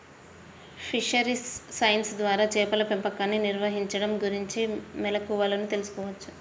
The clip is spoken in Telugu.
ఫిషరీస్ సైన్స్ ద్వారా చేపల పెంపకాన్ని నిర్వహించడం గురించిన మెళుకువలను తెల్సుకోవచ్చు